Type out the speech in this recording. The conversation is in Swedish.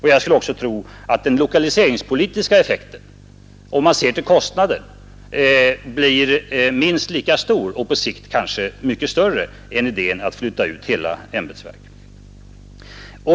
Jag skulle också tro att den lokaliseringspolitiska effekten, om man ser till kostnaden, blir minst lika stor och på sikt kanske mycket större än metoden att flytta ut hela ämbetsverk.